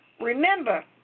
Remember